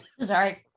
Sorry